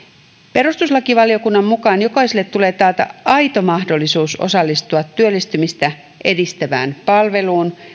perustuslakivaliokunnan mukaan jokaiselle tulee taata aito mahdollisuus osallistua työllistymistä edistävään palveluun